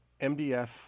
MDF